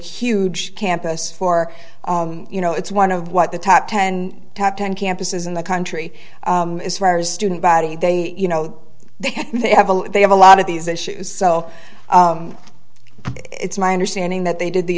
huge campus for you know it's one of what the top ten top ten campuses in the country as far as student body they you know they they have a they have a lot of these issues so it's my understanding that they did the